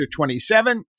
27